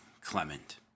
Clement